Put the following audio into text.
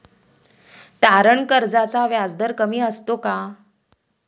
तारण कर्जाचा व्याजदर कमी असतो का?